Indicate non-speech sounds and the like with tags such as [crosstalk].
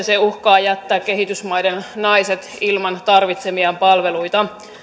[unintelligible] se uhkaa jättää kehitysmaiden naiset ilman tarvitsemiaan palveluita